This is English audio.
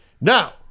Now